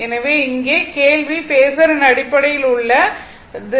எனவே இப்போது கேள்வி பேஸரின் அடிப்படையில் உள்ளது